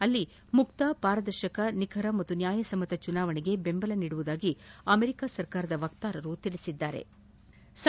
ಅಲ್ಲಿ ಮುಕ್ತ ಪಾರದಶಕ ನಿಖರ ಹಾಗೂ ನ್ಯಾಯಸಮ್ನತ ಚುನಾವಣೆಗೆ ಬೆಂಬಲ ನೀಡುವುದಾಗಿ ಅಮೆರಿಕಾ ಸರ್ಕಾರದ ವಕ್ಗಾರರು ತಿಳಿಸಿದ್ಗಾರೆ